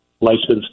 licensed